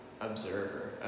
observer